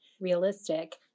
realistic